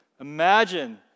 imagine